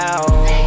out